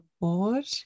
board